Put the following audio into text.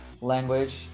language